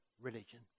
religion